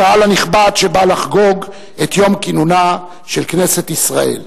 הקהל הנכבד שבא לחגוג את יום כינונה של כנסת ישראל.